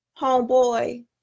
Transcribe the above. homeboy